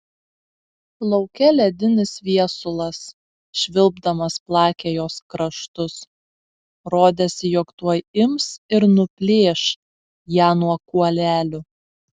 lauke ledinis viesulas švilpdamas plakė jos kraštus rodėsi jog tuoj ims ir nuplėš ją nuo kuolelių